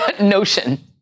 notion